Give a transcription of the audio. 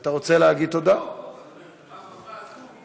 שאני מעריכה מאוד ברמה